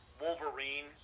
Wolverine